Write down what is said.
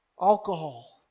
alcohol